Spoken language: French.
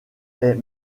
est